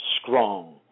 strong